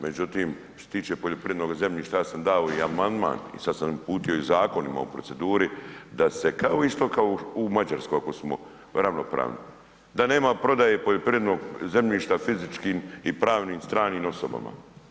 Međutim što se tiče poljoprivrednog zemljišta ja sam dao i amandman i sad sam uputio i zakon imamo u proceduri da se kao isto kao u Mađarskoj ako smo ravnopravni da nema prodaje poljoprivrednog zemljišta fizičkim i pravnim, stranim osobama.